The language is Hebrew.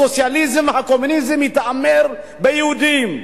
הסוציאליזם, הקומוניזם, התעמר ביהודים,